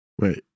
wait